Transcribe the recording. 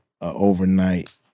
overnight